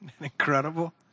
Incredible